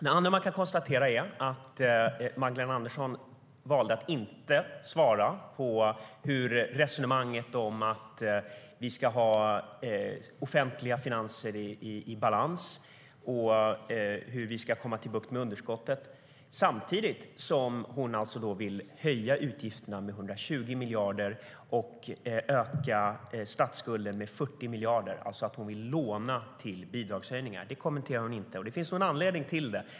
Det andra man kan konstatera är att Magdalena Andersson valde att inte kommentera resonemanget om att ha offentliga finanser i balans och få bukt med underskottet samtidigt som hon vill höja utgifterna med 120 miljarder och öka statsskulden med 40 miljarder. Hon vill alltså låna till bidragshöjningar. Det kommenterade hon inte, och det finns nog en anledning till det.